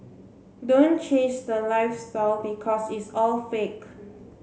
don't chase the lifestyle because it's all fake